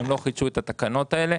והם לא חידשו את התקנות האלה.